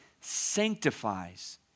sanctifies